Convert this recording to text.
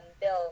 bill